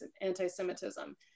anti-Semitism